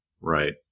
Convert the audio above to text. Right